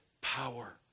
power